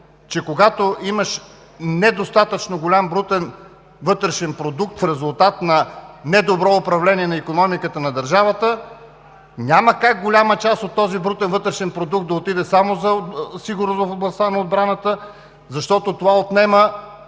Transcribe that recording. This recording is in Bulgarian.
че когато имаш недостатъчно голям брутен вътрешен продукт в резултат на недобро управление на икономиката на държавата, няма как голяма част от този брутен вътрешен продукт да отиде само за сигурност, в областта на отбраната, защото това отнема